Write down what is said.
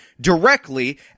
directly